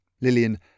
Lillian